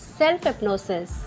self-hypnosis